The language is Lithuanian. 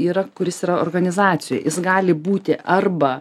yra kuris yra organizacijoj jis gali būti arba